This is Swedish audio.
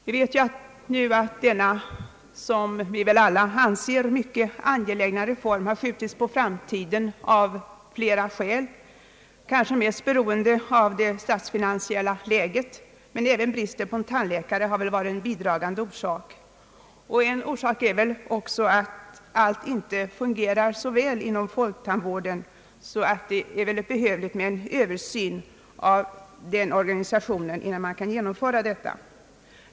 Vi vet nu att denna, som vi väl alla anser, mycket angelägna reform har skjutits på framtiden av flera skäl, kanske mest beroende av det statsfinansiella läget, men även bristen på tandläkare har väl varit en bidragande orsak. En annan orsak är också att allt inte fungerar så väl inom Ang. ungdomstandvården, m.m. folktandvården. En översyn av dess organisation bör ske innan detta kan genomföras.